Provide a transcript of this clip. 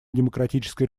демократической